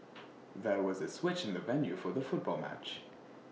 there was A switch in the venue for the football match